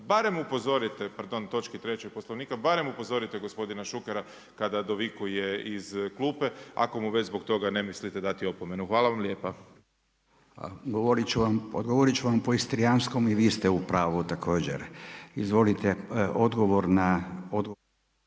barem upozorite, pardon točki 3. Poslovnika barem upozorite gospodina Šukera kada dovikuje iz klupe ako mu već zbog toga ne mislite dati opomenu. Hvala vam lijepa. **Radin, Furio (Nezavisni)** Odgovorit ću vam po istrijanskom i vi ste u pravu također. Izvolite odgovor na